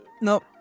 nope